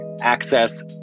access